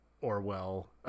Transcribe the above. orwell